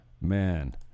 man